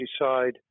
decide